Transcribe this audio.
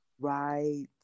Right